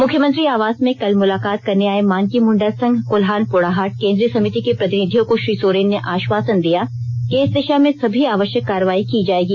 मुख्यमंत्री आवास में कल मुलाकात करने आए मानकी मुंडा संघ कोल्हान पोड़ाहाट केंद्रीय समिति के प्रतिनिधियों को श्री सोरेन ने आश्वासन दिया कि इस दिशा में सभी आवश्यक कार्रवाई की जाएगी